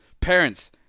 parents